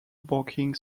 working